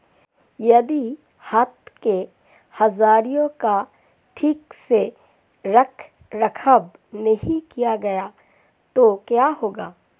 यदि हाथ के औजारों का ठीक से रखरखाव नहीं किया गया तो क्या होगा?